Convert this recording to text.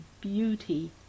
beauty